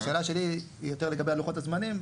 השאלה שלי היא יותר לגבי לוחות הזמנים.